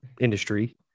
industry